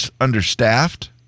understaffed